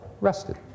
rested